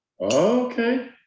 Okay